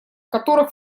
которых